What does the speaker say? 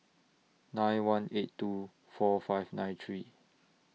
nine one eight two four five nine three